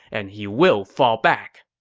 and he will fall back.